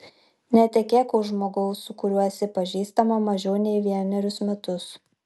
netekėk už žmogaus su kuriuo esi pažįstama mažiau nei vienerius metus